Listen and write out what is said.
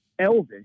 Elvis